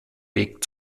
weg